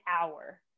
hour